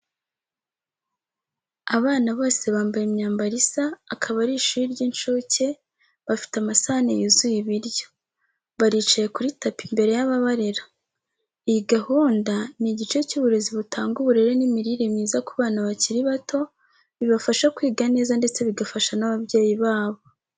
Abana bose bambaye imyambaro isa akaba ari ishuri ry'incuke, bafite amasahani yuzuye ibiryo. Baricaye kuri tapi imbere y’ababarera. Iyi gahunda ni igice cy’uburezi butanga uburere n’imirire myiza ku bana bakiri bato, bibafasha kwiga neza ndetse bigafasha n'ababyeyi babo.